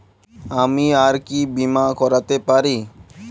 আমি আর কি বীমা করাতে পারি?